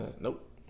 Nope